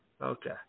okay